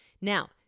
Now